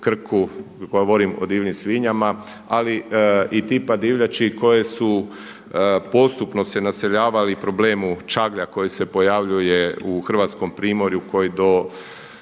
Krku, govorim o divljim svinjama ali i tipa divljači koje su postupno se naseljavali i problemu čaglja koji se pojavljuje u Hrvatskom Primorju koji do